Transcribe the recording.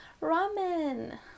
ramen